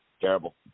terrible